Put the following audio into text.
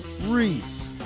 Reese